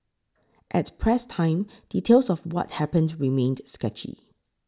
at press time details of what happened remained sketchy